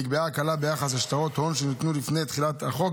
נקבעה הקלה ביחס לשטרות הון שניתנו לפני תחילת החוק,